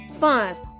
funds